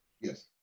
Yes